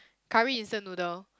curry instant noodle